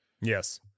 Yes